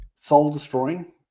soul-destroying